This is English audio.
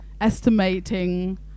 estimating